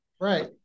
Right